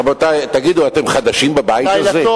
רבותי, תגידו, אתם חדשים בבית הזה?